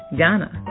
Ghana